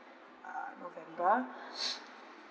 uh november